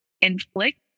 inflict